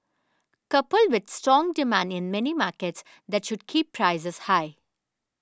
coupled with strong demand in many markets that should keep prices high